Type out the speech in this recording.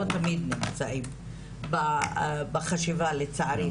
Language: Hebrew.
לא תמיד נמצאים בחשיבה לצערי,